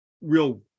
real